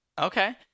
Okay